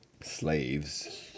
slaves